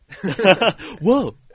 Whoa